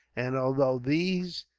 and although these,